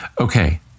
Okay